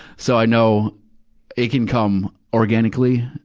so i know it can come organically,